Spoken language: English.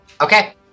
Okay